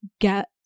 get